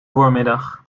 voormiddag